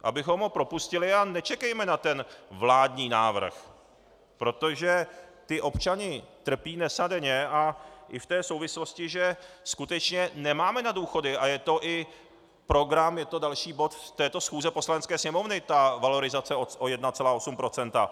Abychom ho propustili a nečekejme na ten vládní návrh, protože ti občané trpí dnes a denně, a i v té souvislosti, že skutečně nemáme na důchody, a je to i program, je to další bod této schůze Poslanecké sněmovny, ta valorizace o 1,8 %.